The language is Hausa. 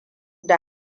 da